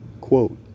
quote